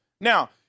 Now